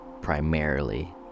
primarily